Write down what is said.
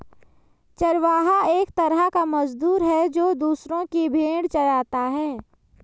चरवाहा एक तरह का मजदूर है, जो दूसरो की भेंड़ चराता है